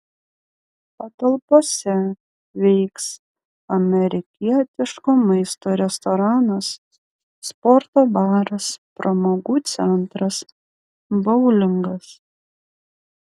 patalpose veiks amerikietiško maisto restoranas sporto baras pramogų centras boulingas